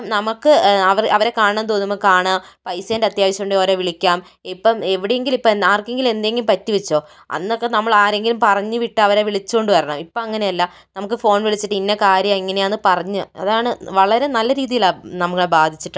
നമുക്ക് അവ അവരെ കാണണം തോന്നുമ്പോ കാണാ പെയ്സെൻറ അത്യാവശ്യം ഉണ്ടെങ്കില് ഓരെ വിളിക്കാം ഇപ്പം എവിടെ എങ്കിലും ഇപ്പം ആർക്കെങ്കിലും എന്തെങ്കിലും പറ്റി വെച്ചോ അന്നൊക്കെ നമ്മളാരെങ്കിലും പറഞ്ഞുവിട്ടവരെ വിളിച്ചോണ്ട് വരണം ഇപ്പം അങ്ങനെയല്ല നമുക്ക് ഫോൺ വിളിച്ചിട്ട് ഇന്ന കാര്യം ഇങ്ങനെയാന്ന് പറഞ്ഞു അതാണ് വളരെ നല്ല രീതിയിലാണ് നമ്മളെ ബാധിച്ചിട്ടുള്ളത്